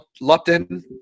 Lupton